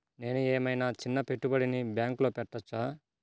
నేను ఏమయినా చిన్న పెట్టుబడిని బ్యాంక్లో పెట్టచ్చా?